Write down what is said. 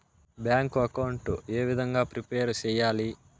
Bank account ఏ విధంగా prepare సెయ్యాలి?